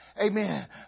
Amen